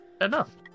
enough